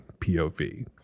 POV